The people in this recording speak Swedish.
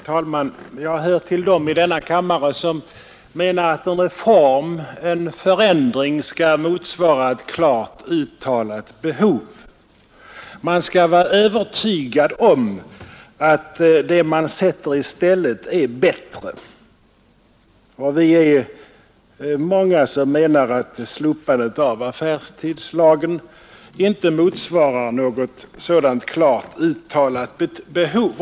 Herr talman! Jag hör till dem i denna kammare som menar att en reform, en förändring, skall motsvara ett klart uttalat behov. Man skall vara övertygad om att det man sätter i stället är bättre, och vi är många som menar att ett slopande av affärstidslagen inte motsvarar något sådant klart uttalat behov.